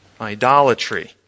Idolatry